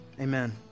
Amen